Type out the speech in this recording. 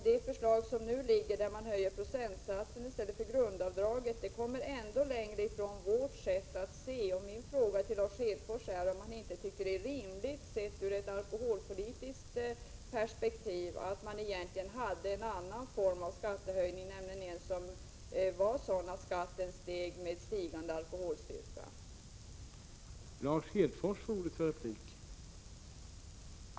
Det föreliggande förslaget, som innebär höjning av procentsatsen i stället för av grundavgiften, kommer ännu längre från hur vi ser på detta. Min fråga till Lars Hedfors är: Vore det inte rimligt, sett ur ett alkoholpolitiskt perspektiv, att man hade en form av skattehöjningar, som innebär att skatten stiger allteftersom alkoholstyrkan stiger.